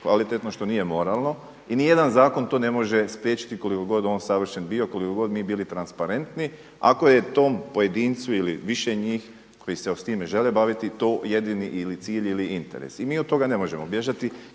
što nije moralno i nijedan zakon to ne može spriječiti koliko god on savršen bio, koliko god mi bili transparentni ako je tom pojedincu ili više njih koji se time žele baviti to jedini ili cilj ili interes. I mi od toga ne možemo bježati,